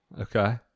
Okay